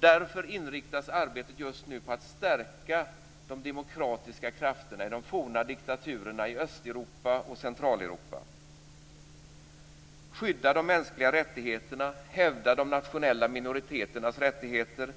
Därför inriktas arbetet just nu på att stärka de demokratiska krafterna i de forna diktaturerna i Östeuropa och Centraleuropa, skydda de mänskliga rättigheterna, hävda de nationella minoriteternas rättigheter,